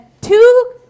two